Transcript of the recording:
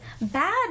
bad